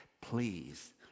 Please